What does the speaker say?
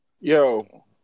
yo